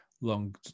long